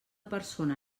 persona